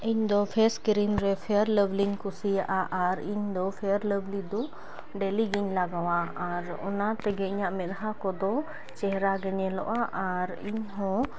ᱤᱧᱫᱚ face cream ᱨᱮ fair ᱞᱟᱵᱷᱞᱤᱧ ᱠᱩᱥᱤᱭᱟᱜᱼᱟ ᱟᱨ ᱤᱧᱫᱚ ᱯᱷᱮᱭᱟᱨ ᱞᱟᱵᱷᱞᱤᱫᱚ ᱰᱮᱞᱤᱜᱮᱧ ᱞᱟᱜᱟᱣᱟ ᱟᱨ ᱚᱱᱟ ᱛᱮᱜᱮ ᱤᱧᱟᱹᱜ ᱢᱮᱫᱟᱦᱟ ᱠᱚᱫᱚ ᱪᱮᱦᱨᱟᱜᱮ ᱧᱮᱞᱚᱜᱼᱟ ᱟᱨ ᱤᱧᱦᱚᱸ